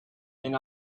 and